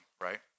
Right